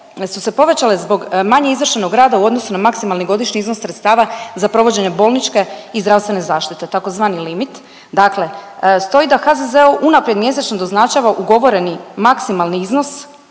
su se povećale zbog manje izvršenog rada u odnosu na maksimalni godišnji iznos sredstava za provođenje bolničke i zdravstvene zaštite tzv. limit, dakle stoji da HZZO unaprijed mjesečno doznačava ugovoreni maksimalni iznos,